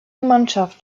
mannschaft